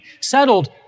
settled